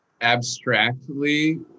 abstractly